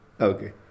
Okay